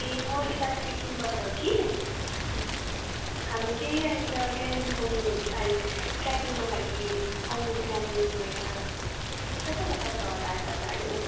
ए म यता सिक्किमबाट हो कि हामी चाहिँ यहाँनिर कालिम्पोङ साइड ट्रेकिङको लागि आउने प्लानिङ भएर चाहिँ कता कता छ होला जग्गाहरू